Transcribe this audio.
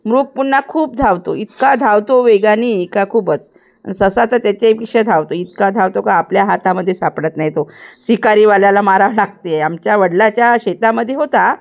मृग पुन्हा खूप धावतो इतका धावतो वेगाने का खूपच आणि ससा तर त्याच्याहीपेक्षा धावतो इतका धावतो का आपल्या हातामध्ये सापडत नाही तो शिकारीवाल्याला मारा ठाकते आमच्या वडिलांच्या शेतामध्ये होता